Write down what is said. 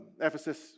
Ephesus